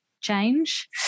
change